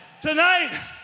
tonight